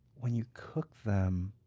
when you cook them,